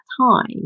time